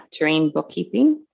terrainbookkeeping